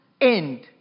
end